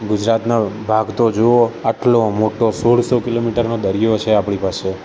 ગુજરાતનો ભાગ તો જુઓ આટલો મોટો સોળસો કિલોમીટરનો દરિયો છે આપણી પાસે